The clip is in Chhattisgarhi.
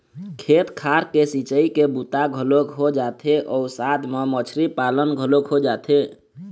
खेत खार के सिंचई के बूता घलोक हो जाथे अउ साथ म मछरी पालन घलोक हो जाथे